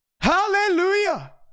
Hallelujah